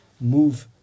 move